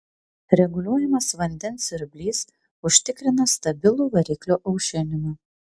reguliuojamas vandens siurblys užtikrina stabilų variklio aušinimą